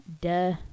duh